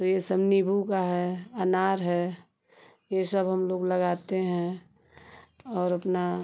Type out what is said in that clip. तो यह सब नींबू का है अनार है यह सब हम लोग लगाते हैं और अपना